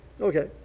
Okay